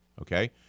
Okay